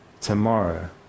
Tomorrow